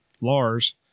Lars